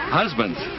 husbands